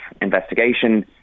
investigation